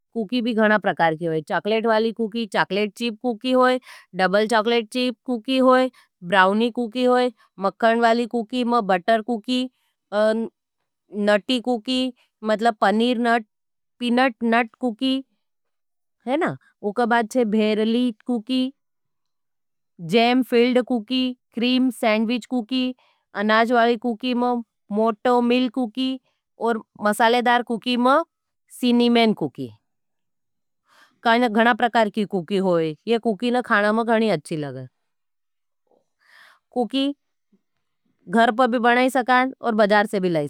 कूकी भी घणा प्रकार की होई चाकलेट वाली कूकी, चाकलेट चीप कूकी होई डबल चाकलेट चीप कूकी होई ब्राउनी कूकी होई मकन वाली कूकी में बटर कूकी। नटी कूकी मतलब पनीर नट पिनट नट कूकी है ना, उ का बाद छे भेरली cookie cookie jam filled cookie cream sandwich cookie अनाज वाली कूकी में मोटो मिल कूकी और मसाले दार कूकी में सीनी मेन कूकी। काई न घणा प्रकार की कूकी होई ये कूकी न खाना में गणी अच्छी लगे कूकी घर पर भी बनाई सकाँ और बजार।